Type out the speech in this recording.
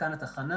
כאן התחנה.